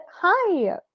hi